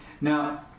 Now